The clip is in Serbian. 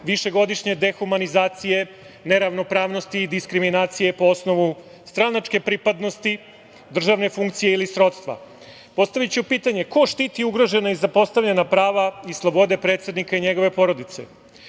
višegodišnje dehumanizacije, neravnopravnosti i diskriminacije po osnovu stranačke pripadnosti, državne funkcije ili srodstva. Postaviću pitanje – ko štiti ugrožena i zapostavljena prava i slobode predsednika i njegove porodice?